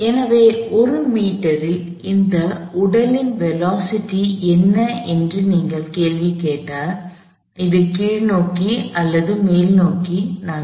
எனவே 1 மீட்டரில் இந்த உடலின் வேலோஸிட்டி என்ன என்று நீங்கள் கேள்வி கேட்டால் அது கீழ்நோக்கி அல்லது மேல்நோக்கி நகரும்